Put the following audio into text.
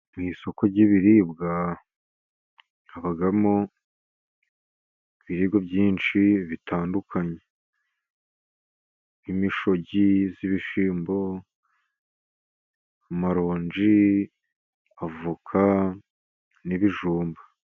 Mu isoko ry'ibiribwa habamo ibiryo byinshi bitandukanye nk'imishogi y'ibishyimbo, amaronji, avoka n'ibijumba.